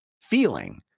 feeling